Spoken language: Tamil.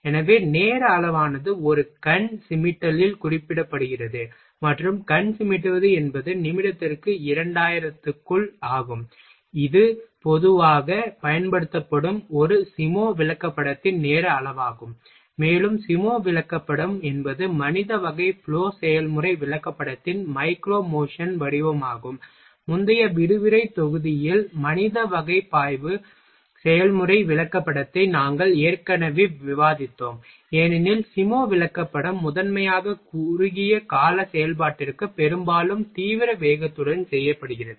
எனவே நேர அளவானது ஒரு கண் சிமிட்டலில் குறிப்பிடப்படுகிறது மற்றும் கண் சிமிட்டுவது என்பது நிமிடத்திற்கு 2000 க்குள் ஆகும் இது பொதுவாக பயன்படுத்தப்படும் ஒரு சிமோ விளக்கப்படத்தின் நேர அளவாகும் மேலும் சிமோ விளக்கப்படம் என்பது மனித வகை ப்லொ செயல்முறை விளக்கப்படத்தின் மைக்ரோ மோஷன் வடிவமாகும் முந்தைய விரிவுரை தொகுதியில் மனித வகை பாய்வு செயல்முறை விளக்கப்படத்தை நாங்கள் ஏற்கனவே விவாதித்தோம் ஏனெனில் சிமோ விளக்கப்படம் முதன்மையாக குறுகிய கால செயல்பாட்டிற்கு பெரும்பாலும் தீவிர வேகத்துடன் செய்யப்படுகிறது